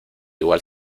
igual